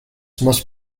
must